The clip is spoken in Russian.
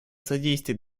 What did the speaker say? содействие